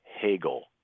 Hegel